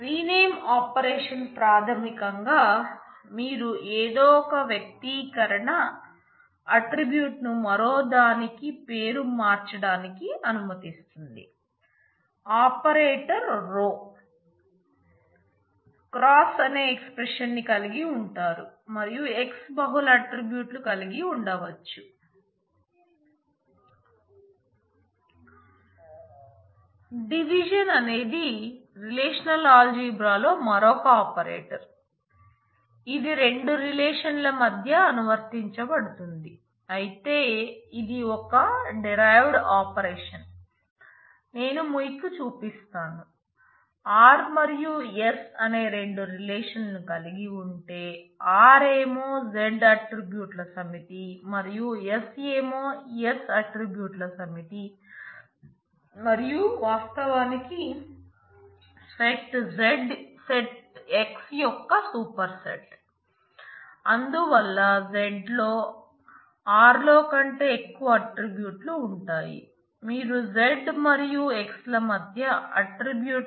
rename x అనే expression ని కలిగి ఉంటారు మరియు x బహుళ ఆట్రిబ్యూట్లు కలిగి ఉండొచ్చు